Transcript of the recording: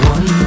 One